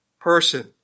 person